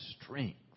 strength